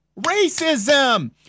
racism